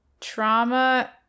trauma